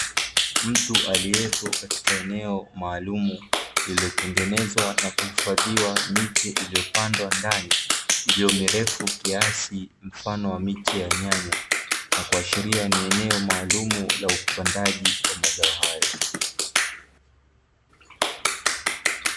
Mtu aliyepo katika eneo maalumu lililotengenezwa na kuhifadhiwa miche iliyopandwa ndani, iliyo mirefu kiasi mfano wa miti ya nyanya, na kuashiria ni eneo maalumu la upandaji wa mazao hayo.